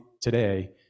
today